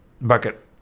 bucket